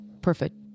Perfect